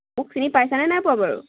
চিনি পাইচানে নাই পোৱা বাৰু